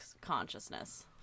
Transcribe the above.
consciousness